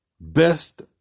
best